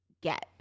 get